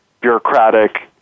bureaucratic